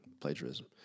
plagiarism